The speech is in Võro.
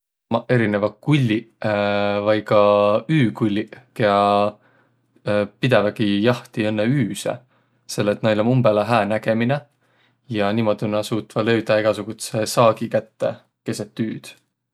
Ommaq erineväq kulliq vai ka üükulliq, kiä pidävägi jahti õnnõ üüse, selle et näil om umbõlõ hää nägemine ja niimuudu nä suutvaq löüdäq egäsugudsõ saagi kätte keset üüd.